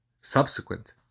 subsequent